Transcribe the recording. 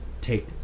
take